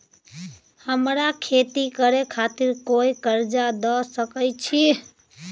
हमरा खेती करे खातिर कोय कर्जा द सकय छै?